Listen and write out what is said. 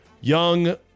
Young